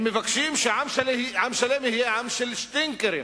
הם מבקשים שעם שלם יהיה עם של שטינקרים,